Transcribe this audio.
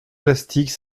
plastique